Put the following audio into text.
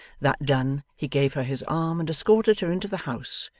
that done, he gave her his arm and escorted her into the house,